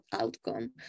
outcome